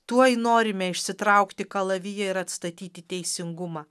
tuoj norime išsitraukti kalaviją ir atstatyti teisingumą